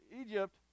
Egypt